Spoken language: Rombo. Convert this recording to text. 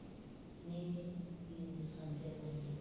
Ni sambiya maiyo